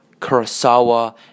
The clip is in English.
Kurosawa